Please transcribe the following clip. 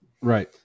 right